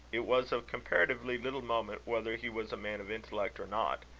it was of comparatively little moment whether he was a man of intellect or not,